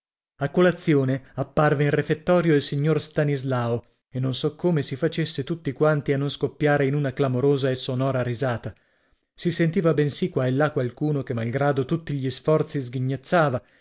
a colazione apparve in refettorio il signor stanislao e non so come si facesse tutti quanti a non scoppiare in una clamorosa e sonora risata si sentiva bensì qua e là qualcuno che malgrado tutti gli sforzi sghignazzava